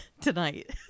tonight